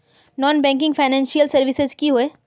Non banking financial services की होय?